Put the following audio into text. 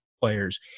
players